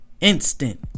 instant